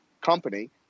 company